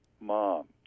mom